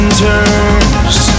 turns